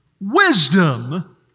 wisdom